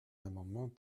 amendement